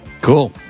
Cool